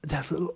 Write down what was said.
there's a lot